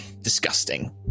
disgusting